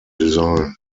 design